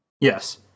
Yes